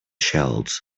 shells